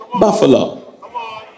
Buffalo